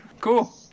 Cool